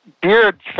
beard